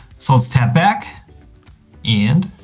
so let's, tap back and,